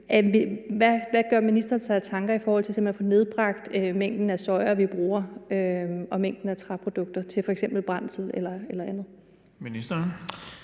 Hvad gør ministeren sig af tanker i forhold til simpelt hen at få nedbragt mængden af soja, vi bruger, og mængden af træprodukter til f.eks. brændsel eller andet? Kl.